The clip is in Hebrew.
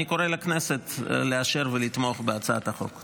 אני קורא לכנסת לאשר ולתמוך בהצעת החוק.